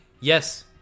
yes